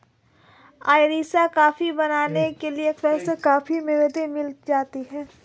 Irish coffee बनाने के लिए एस्प्रेसो कॉफी में व्हिस्की मिलाई जाती है